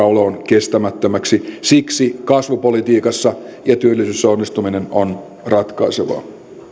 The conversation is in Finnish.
oloon kestämättömäksi siksi kasvupolitiikassa ja työllisyydessä onnistuminen on ratkaisevaa